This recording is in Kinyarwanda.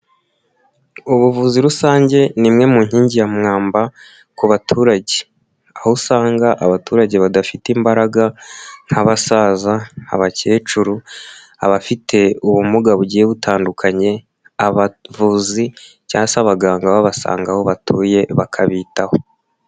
Ubuvuzi rusange ni imwe mu nkingi ya mwamba ku baturage, aho usanga abaturage badafite imbaraga nk'abasaza, abakecuru, abafite ubumuga bugiye butandukanye, abavuzi cyangwa se abaganga babasanga aho batuye bakabitaho.